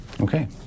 Okay